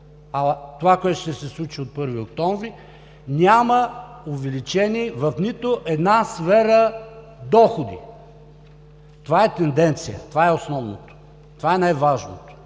а това което ще се случи от 1 октомври, няма увеличение в нито една сфера доходи. Това е тенденция, това е основното, това е най-важното.